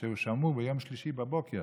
שמעו ביום שלישי בבוקר